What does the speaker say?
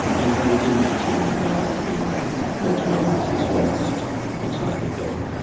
and i would imagine, now in modern armies it's almost entirely gone.